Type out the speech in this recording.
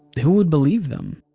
who would believe them?